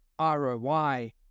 ROI